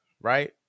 right